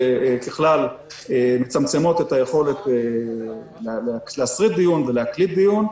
שככלל מצמצמות את היכולת להסריט דיון ולהקליט דיון,